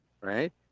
right